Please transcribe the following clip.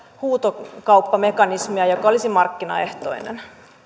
huutokauppamekanismia joka olisi markkinaehtoinen